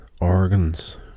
organs